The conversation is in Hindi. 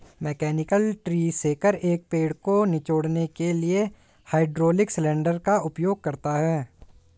मैकेनिकल ट्री शेकर, एक पेड़ को निचोड़ने के लिए हाइड्रोलिक सिलेंडर का उपयोग करता है